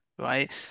right